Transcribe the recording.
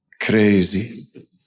Crazy